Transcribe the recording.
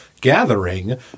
gathering